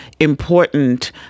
important